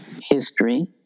history